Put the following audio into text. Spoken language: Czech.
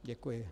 Děkuji.